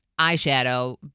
eyeshadow